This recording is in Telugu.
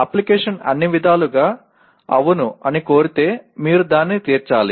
అప్లికేషన్ అన్ని విధాలుగా అవును అని కోరితే మీరు దాన్ని తీర్చాలి